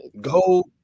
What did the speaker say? go